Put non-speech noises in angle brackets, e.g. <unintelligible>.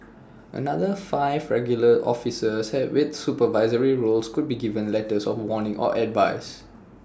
another five regular officers <unintelligible> with supervisory roles could be given letters of warning or advice